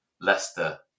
Leicester